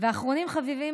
ואחרונים חביבים,